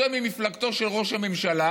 שהוא יהיה ממפלגתו של ראש הממשלה,